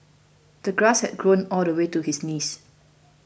the grass had grown all the way to his knees